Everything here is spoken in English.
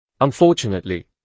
Unfortunately